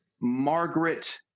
Margaret